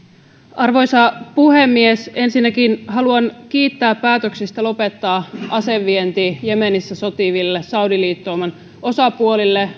arvoisa puhemies ensinnäkin haluan kiittää päätöksistä lopettaa asevienti jemenissä sotiville saudiliittouman osapuolille